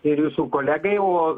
ir jūsų kolegai o